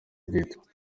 byitwa